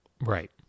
Right